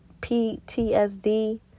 ptsd